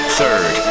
Third